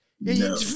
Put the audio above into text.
No